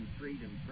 freedom